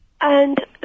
And-